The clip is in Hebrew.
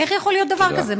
איך יכול להיות דבר כזה?